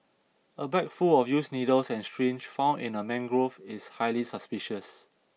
a bag full of used needles and syringes found in a mangrove is highly suspicious